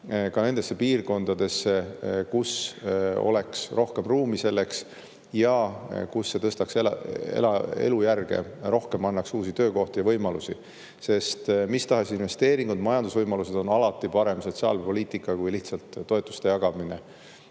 ka nendesse piirkondadesse, kus oleks selleks rohkem ruumi ja kus see tõstaks elujärge rohkem, annaks uusi töökohti ja võimalusi, sest mis tahes investeeringud ja majandusvõimalused on alati parem sotsiaalpoliitika kui lihtsalt toetuste jagamine.